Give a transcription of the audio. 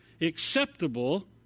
acceptable